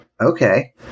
okay